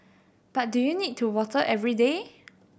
but do you need to water every day